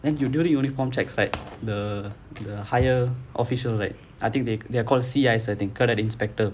then you do the uniform checks right the the higher officials right I think they they are called C_I cadet inspector